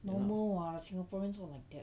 normal what singaporeans all like that